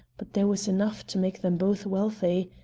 but there was enough to make them both wealthy.